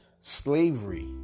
slavery